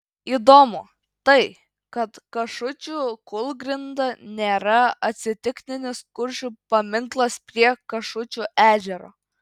įdomu tai kad kašučių kūlgrinda nėra atsitiktinis kuršių paminklas prie kašučių ežero